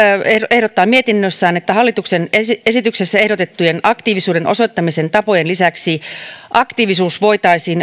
ehdottaa mietinnössään että hallituksen esityksessä ehdotettujen aktiivisuuden osoittamisen tapojen lisäksi aktiivisuus voitaisiin